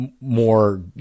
more